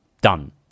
Done